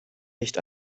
nicht